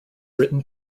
written